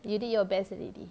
you did your best already